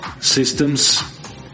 systems